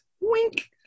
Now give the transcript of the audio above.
Wink